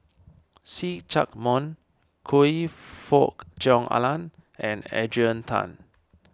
See Chak Mun Choe Fook Cheong Alan and Adrian Tan